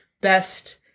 best